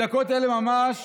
בדקות אלה ממש,